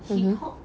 mmhmm